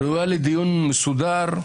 ראויה לדיון מסודר.